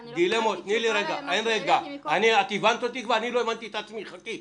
אני מבקש לשמוע נציג של אחד ממשרדי הממשלה,